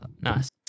nice